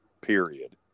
period